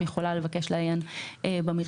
יכולה לבקש לעיין במרשם.